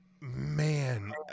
Man